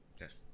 Yes